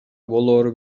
болоору